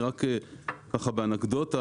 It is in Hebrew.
באנקדוטה,